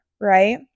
right